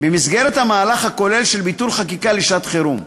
במסגרת המהלך הכולל של ביטול חקיקה לשעת-חירום.